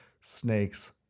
snakes